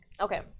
Okay